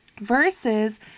Versus